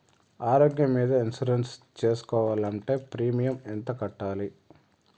ఆరోగ్యం మీద ఇన్సూరెన్సు సేసుకోవాలంటే ప్రీమియం ఎంత కట్టాలి?